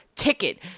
Ticket